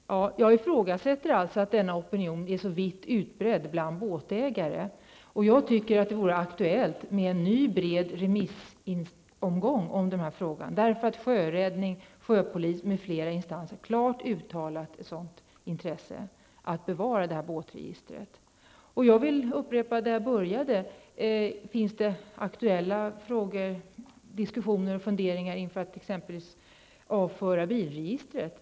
Fru talman! Jag ifrågasätter alltså att denna opinion är så vitt utbredd bland båtägare. Jag tycker att det vore aktuellt med en ny bred remissomgång i denna fråga därför att sjöräddningen, sjöpolisen m.fl. instanser klart uttalat ett intrese för att bevara båtregistret. Jag vill upprepa min fråga som jag började med: Finns det aktuella diskussioner eller funderingar om att exempelvis avföra bilregistret?